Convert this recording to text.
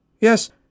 Yes